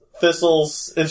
Thistle's